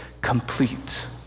complete